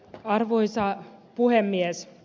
arvoisa puhemies